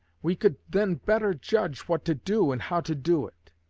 we could then better judge what to do and how to do it.